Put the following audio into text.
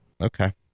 Okay